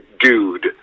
dude